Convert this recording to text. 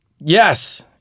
Yes